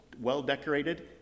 well-decorated